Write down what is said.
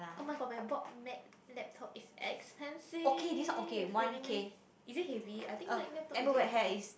oh-my-god when I bought Mac laptop it's expensive really meh is it heavy I think Mac laptop